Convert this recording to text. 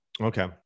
Okay